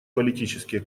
политические